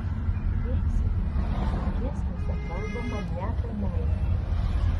jie įsitikinę kad giesmėse kalbama ne apie meilę